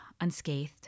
unscathed